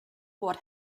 what